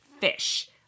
fish